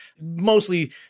Mostly